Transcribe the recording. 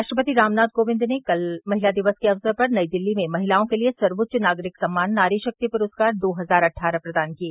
राष्ट्रपति रामनाथ कोविंद ने कल महिला दिवस के अवसर पर नई दिल्ली में महिलाओं के लिए सर्वोच्च नागरिक सम्मान नारी शक्ति पुरस्कार दो हजार अट्ठारह प्रदान किए